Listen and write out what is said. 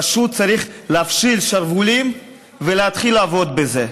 פשוט צריך להפשיל שרוולים ולהתחיל לעבוד בזה,